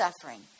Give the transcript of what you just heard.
suffering